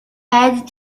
add